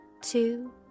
two